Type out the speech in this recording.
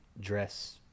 dress